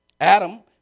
Adam